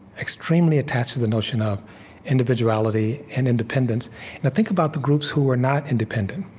extremely attached to the notion of individuality and independence. now think about the groups who were not independent.